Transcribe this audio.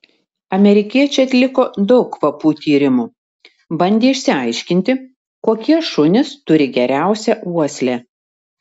amerikiečiai atliko daug kvapų tyrimų bandė išsiaiškinti kokie šunys turi geriausią uoslę